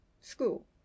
school